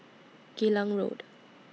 Geylang Road